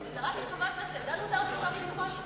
רק לחבר הכנסת אלדד מותר לספר בדיחות?